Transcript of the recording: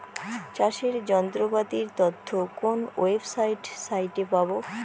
চাষের যন্ত্রপাতির তথ্য কোন ওয়েবসাইট সাইটে পাব?